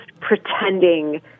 pretending